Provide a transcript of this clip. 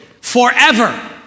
forever